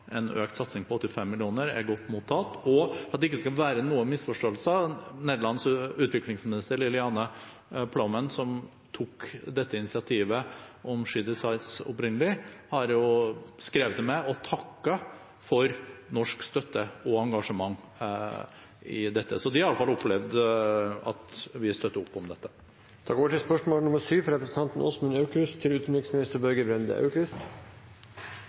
en økt satsing på 85 mill. kr, er godt mottatt. Og for at det ikke skal være noen misforståelser: Nederlands utviklingsminister Lilianne Ploumen, som opprinnelig tok initiativet til «She Decides», har skrevet til meg og takket for norsk støtte og engasjement i dette. Så de har i alle fall opplevd at vi støtter opp om dette. Vi fortsetter innenfor samme tematikk: «USA har stanset all bistand til